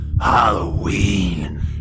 Halloween